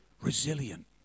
resilient